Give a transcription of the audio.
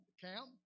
camp